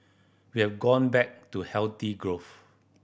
we have gone back to healthy growth